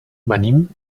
venim